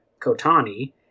Kotani